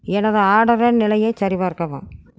எனது ஆர்டரின் நிலையைச் சரிபார்க்கவும்